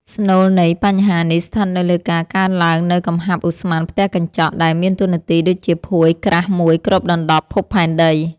ស្នូលនៃបញ្ហានេះស្ថិតនៅលើការកើនឡើងនូវកំហាប់ឧស្ម័នផ្ទះកញ្ចក់ ដែលមានតួនាទីដូចជាភួយក្រាស់មួយគ្របដណ្ដប់ភពផែនដី។